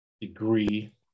degree